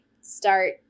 start